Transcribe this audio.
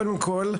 קודם כול,